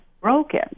broken